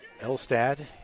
Elstad